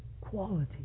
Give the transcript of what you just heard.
quality